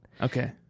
Okay